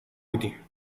بودیم